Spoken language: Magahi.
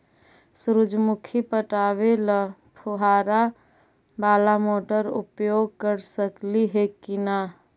सुरजमुखी पटावे ल फुबारा बाला मोटर उपयोग कर सकली हे की न?